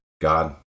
God